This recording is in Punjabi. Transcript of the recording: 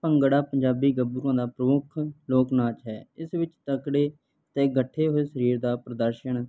ਭੰਗੜਾ ਪੰਜਾਬੀ ਗੱਭਰੂਆਂ ਦਾ ਪ੍ਰਮੁੱਖ ਲੋਕ ਨਾਚ ਹੈ ਇਸ ਵਿੱਚ ਤਕੜੇ ਅਤੇ ਗੱਠੇ ਹੋਏ ਸਰੀਰ ਦਾ ਪ੍ਰਦਰਸ਼ਨ